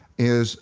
is